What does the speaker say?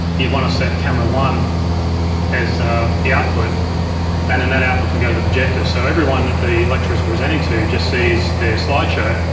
you'd wanna set camera one as the output and then that output can go to the projector. so everyone that the lecturer is presenting to just sees their slideshow.